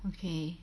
okay